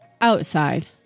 outside